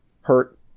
hurt